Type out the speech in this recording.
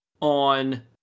on